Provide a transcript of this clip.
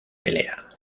pelea